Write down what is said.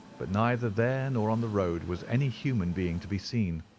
but neither there nor on the road was any human being to be seen.